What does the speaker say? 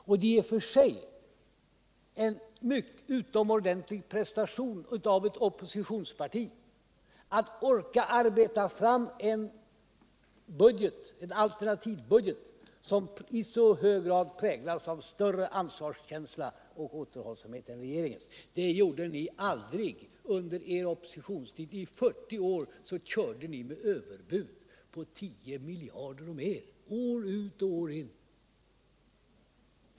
Det är i och för sig en utomordentlig prestation av ett oppositionsparti att orka arbeta fram en alternativbudget som i så hög grad präglas av större ansvarskänsla och återhållsamhet än regeringens — det gjorde aldrig ni under er oppositionstid. I 40 år körde ni bara med överbud på 10 miljarder och mer, år ut och år in.